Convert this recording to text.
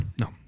No